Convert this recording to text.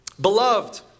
Beloved